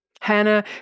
Hannah